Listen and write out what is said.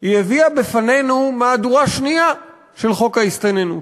היא הביאה בפנינו מהדורה שנייה של חוק ההסתננות.